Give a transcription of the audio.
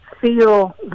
feel